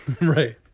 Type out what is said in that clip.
Right